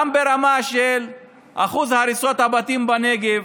גם ברמה של אחוז הריסות הבתים בנגב,